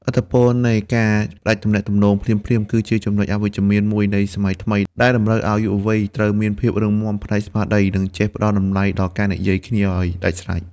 ឥទ្ធិពលនៃ «ការផ្ដាច់ទំនាក់ទំនងភ្លាមៗ» គឺជាចំណុចអវិជ្ជមានមួយនៃសម័យថ្មី ដែលតម្រូវឱ្យយុវវ័យត្រូវមានភាពរឹងមាំផ្នែកស្មារតី និងចេះផ្ដល់តម្លៃដល់ការនិយាយគ្នាឱ្យដាច់ស្រេច។